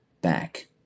back